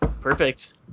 perfect